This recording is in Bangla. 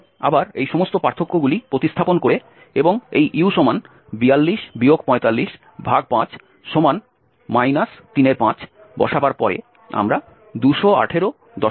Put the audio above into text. এবং আবার এই সমস্ত পার্থক্যগুলি প্রতিস্থাপন করে এবং এই u42 455 35 বসাবার পরে আমরা 2186630 পাব